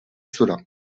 cela